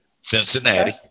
Cincinnati